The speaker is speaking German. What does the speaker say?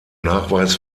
nachweis